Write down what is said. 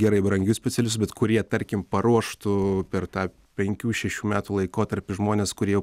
gerai brangius specialius bet kurie tarkim paruoštų per tą penkių šešių metų laikotarpį žmones kurie jau